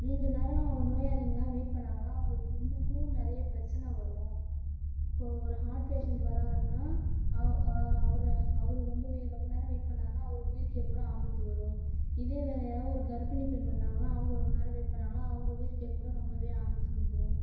நீண்ட நேரம் நோயாளிங்கலாம் வெயிட் பண்ணாங்கன்னால் அவங்களுக்கு இன்னமும் நிறைய பிரச்சனை வரும் இப்போ ஒரு ஹார்ட் பேஷண்ட் வராருனால் அவரை அவர் ரொம்பவே ரொம்ப நேரம் வெயிட் பண்ணார்னால் அவர் உயிருக்கே கூட ஆபத்து வரும் இதே வேற யாராவது ஒரு கர்ப்பிணி பெண் வந்தாங்கன்னால் அவங்க ரொம்ப நேரம் வெயிட் பண்ணாங்கன்னால் அவங்க உயிருக்கே கூட ரொம்பவே ஆபத்து வந்துடும்